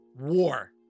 War